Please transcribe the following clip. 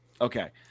Okay